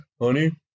Honey